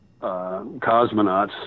cosmonauts